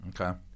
Okay